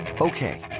Okay